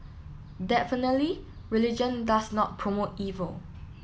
definitely religion does not promote evil